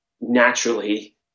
naturally